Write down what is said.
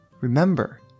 remember